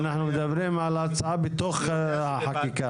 אנחנו מדברים על ההצעה בתוך החקיקה.